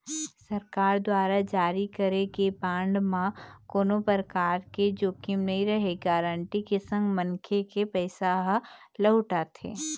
सरकार दुवार जारी करे गे बांड म कोनो परकार के जोखिम नइ रहय गांरटी के संग मनखे के पइसा ह लहूट आथे